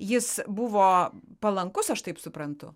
jis buvo palankus aš taip suprantu